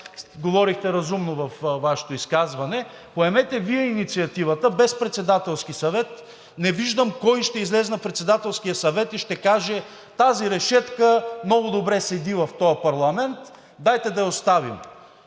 говорихте разумно във Вашето изказване, поемете Вие инициативата без Председателски съвет. Не виждам кой ще излезе на Председателския съвет и ще каже: тази решетка много добре седи в този парламент, дайте да я оставим.